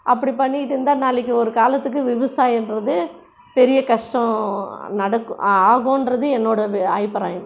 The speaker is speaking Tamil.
அப்படி பண்ணிட்டு இருந்தால் நாளைக்கு ஒரு காலத்துக்கு விவசாயம்ன்றது பெரிய கஷ்டம் நடக்கும் ஆகுன்றது என்னோட அபிப்பிராயம்